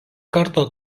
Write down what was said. karto